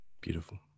Beautiful